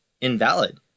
invalid